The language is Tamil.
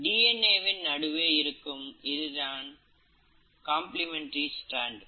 டிஎன் ஏ வின் நடுவே இருக்கும் இதுதான் கம்பிளிமெண்டரி ஸ்டாண்ட்